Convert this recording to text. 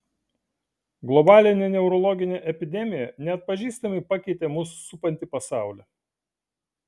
globalinė neurologinė epidemija neatpažįstamai pakeitė mus supantį pasaulį